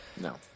No